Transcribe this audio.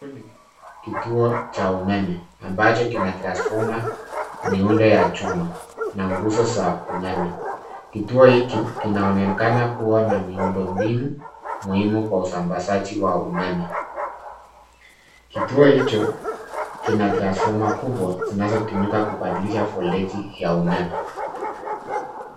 Huku ni kituo cha umeme ambacho kina transformer , miundo ya chuma na nguzo za umeme. Kituo hiki kinaonekana kuwa na miundo mbinu muhimu kwa usambazaji wa umeme. Kituo hicho kina transformer kubwa zinazotumika kubadilisha volteji ya umeme.